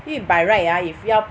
因为 by right ah if 要